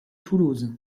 toulouse